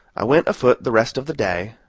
i went afoot the rest of the day,